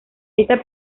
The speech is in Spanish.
esta